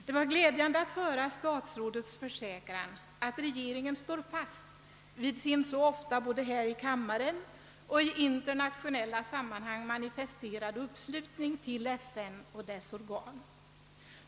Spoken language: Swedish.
Det var glädjande att höra statsrådets försäkran att regeringen står fast vid sin så ofta både här i kammaren och i intiernationella sammanhang manifesterade uppslutning bakom FN och dess organ.